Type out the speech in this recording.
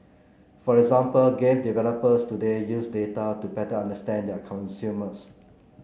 for example game developers today use data to better understand their consumers